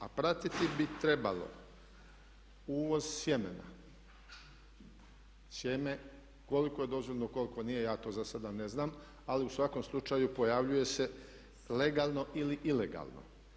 A pratiti bi trebalo uvoz sjemena, sjeme koliko je dozvoljeno i koliko nije, ja to zasad ne znam ali u svakom slučaju pojavljuje se legalno ili ilegalno.